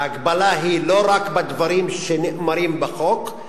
ההגבלה היא לא רק בדברים שנאמרים בחוק,